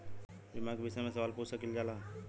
बीमा के विषय मे सवाल पूछ सकीलाजा?